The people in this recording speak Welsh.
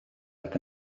nag